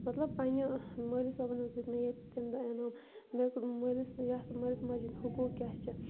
مطلب پنٛنہِ مٲلوی صٲبَن حظ دیُت مےٚ ییٚتہِ تَمہِ دۄہ انعام مےٚ مٲلِس یَتھ مٲلِس ماجہِ ہِنٛدۍ حقوٗق کیاہ چھِ